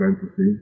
Fantasy